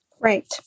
Right